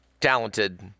talented